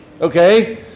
Okay